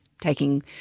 taking